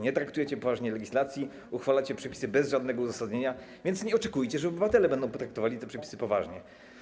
Nie traktujecie poważnie legislacji, uchwalacie przepisy bez żadnego uzasadnienia, więc nie oczekujcie, że obywatele będą traktowali te przepisy poważnie.